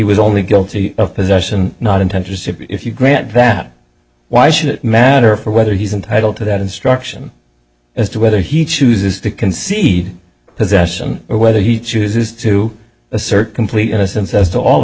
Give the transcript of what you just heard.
was only guilty of possession not intent to see if you grant that why should it matter for whether he's entitled to that instruction as to whether he chooses to concede possession or whether he chooses to assert complete innocence as to all